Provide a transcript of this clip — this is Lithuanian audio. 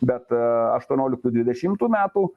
bet aštuonioliktų dvidešimų metų